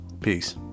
peace